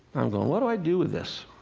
i'm going, what do i do with this?